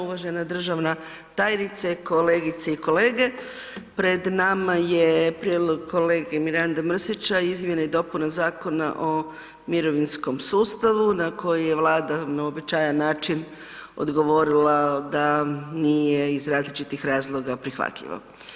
Uvažena državna tajnice, kolegice i kolege, pred nama je prijedlog kolege Miranda Mrsića, izmjene i dopune Zakona o mirovinskom sustavu na koji je Vlada na uobičajen način odgovorila da nije iz različitih razloga prihvatljivo.